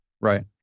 Right